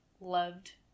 loved